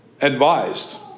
advised